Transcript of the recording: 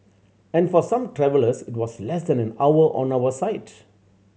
and for some travellers it was less than an hour on our side